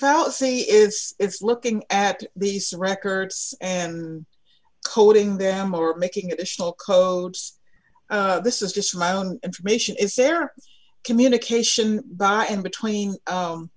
fallacy is it's looking at these records and coding them or making additional codes this is just my own information is there communication by in between